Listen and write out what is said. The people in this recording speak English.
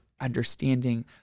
understanding